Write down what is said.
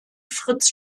fritz